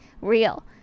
real